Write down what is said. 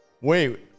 wait